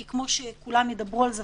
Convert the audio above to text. כי כמו שכולם ידברו על זה,